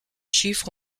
chiffres